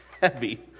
heavy